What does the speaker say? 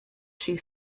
she